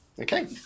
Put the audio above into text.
okay